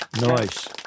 nice